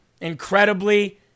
incredibly